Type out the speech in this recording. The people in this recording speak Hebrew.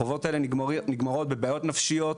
החובות האלה נגמרים בבעיות נפשיות,